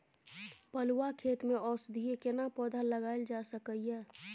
बलुआ खेत में औषधीय केना पौधा लगायल जा सकै ये?